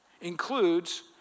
includes